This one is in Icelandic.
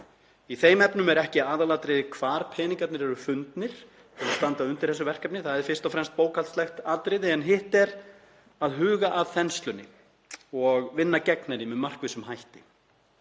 Í þeim efnum er ekki aðalatriðið hvar peningarnir eru fundnir til að standa undir þessu verkefni, það er fyrst og fremst bókhaldslegt atriði, en hitt er að huga að þenslunni og vinna gegn henni með markvissum hætti.